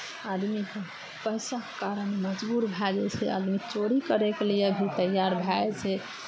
आदमीकेँ पैसाके कारण मजबूर भए जाइ छै आदमी चोरी करयके लिए भी तैयार भए जाइ छै